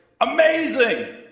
Amazing